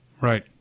Right